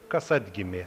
kas atgimė